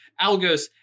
Algos